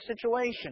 situation